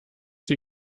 sie